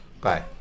bye